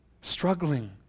Struggling